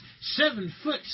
seven-foot